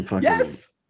Yes